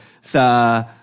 sa